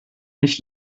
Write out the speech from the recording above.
nicht